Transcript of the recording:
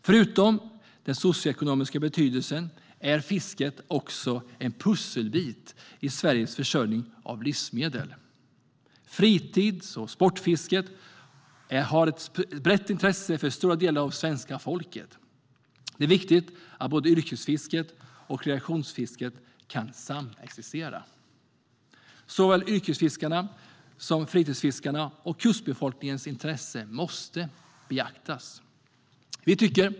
Förutom den socioekonomiska betydelsen är fisket också en pusselbit i Sveriges försörjning av livsmedel. Fritids och sportfisket är ett brett intresse för stora delar av svenska folket. Det är viktigt att både yrkesfisket och rekreationsfisket kan samexistera. Såväl yrkesfiskarnas som fritidsfiskarnas och kustbefolkningens intressen måste beaktas.